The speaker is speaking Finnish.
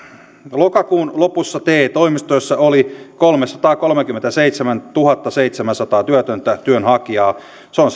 lokakuun lopussa te toimistoissa oli kolmesataakolmekymmentäseitsemäntuhattaseitsemänsataa työtöntä työnhakijaa se on